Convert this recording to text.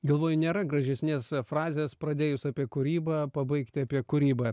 galvoju nėra gražesnės frazės pradėjus apie kūrybą pabaigti apie kūrybą